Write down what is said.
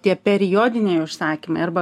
tie periodiniai užsakymai arba